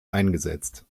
eingesetzt